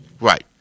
Right